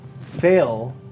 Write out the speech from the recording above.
Fail